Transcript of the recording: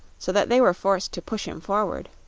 so that they were forced to push him forward.